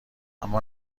اما